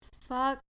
Fuck